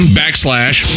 backslash